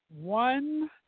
One